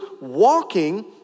walking